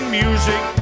music